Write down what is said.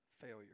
failure